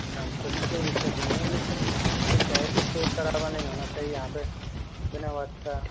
हाँ फिर तो कोई दिक्कत नहीं है लेकिन ये क्या है की शोर शराबा नहीं होना चाहिए यहाँ पे बिना बात का